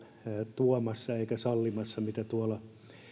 tuomassa eikä sallimassa mitä tuolla